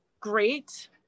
great